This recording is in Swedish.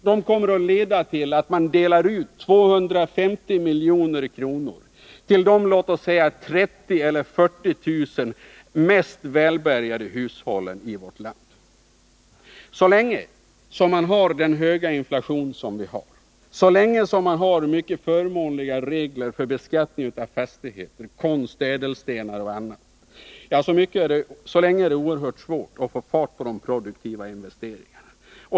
Det kommer att leda till att man delar ut 250 miljoner till de låt oss säga 30 000 eller 40 000 mest välbärgade hushållen i vårt land. Så länge som vi har den höga inflation vi har och så länge vi har mycket förmånliga regler för beskattning av fastigheter, konst, ädelstenar och annat är det oerhört svårt att få fart på de produktiva investeringarna.